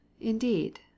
indeed